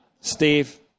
Steve